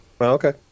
okay